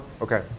Okay